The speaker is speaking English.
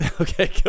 okay